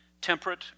temperate